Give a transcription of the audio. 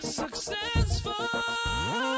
successful